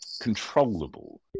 controllable